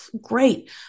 Great